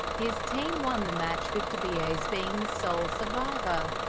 his team won the match with dibiase being the sole survivor.